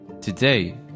Today